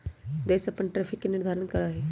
देश अपन टैरिफ के निर्धारण करा हई